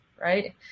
right